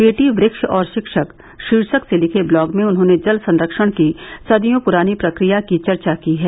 वेटी व्र्म और शिक्षक शीर्षक से लिखे ब्लॉग में उन्होंने जल सरक्षण की सदियों पुरानी प्रक्रिया की चर्चा की है